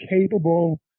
capable